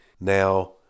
now